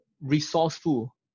resourceful